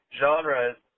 genres